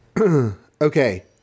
Okay